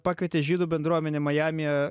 pakvietė žydų bendruomenė majamyje